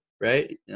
right